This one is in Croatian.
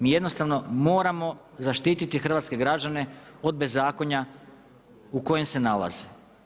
Mi jednostavno moramo zaštititi hrvatske građane od bezakonja u kojem se nalaze.